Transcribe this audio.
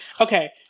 Okay